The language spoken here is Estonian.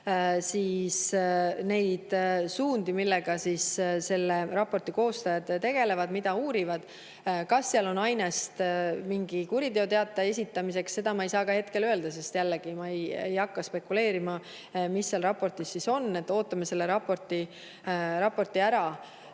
neid suundi, millega selle raporti koostajad tegelevad ja mida uurivad. Kas seal on ainest mingi kuriteoteate esitamiseks, seda ma ei saa hetkel öelda, sest jällegi, ma ei hakka spekuleerima, mis seal raportis on. Ootame selle raporti ära. Üks